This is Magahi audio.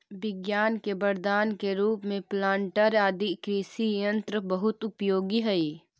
विज्ञान के वरदान के रूप में प्लांटर आदि कृषि यन्त्र बहुत उपयोगी हई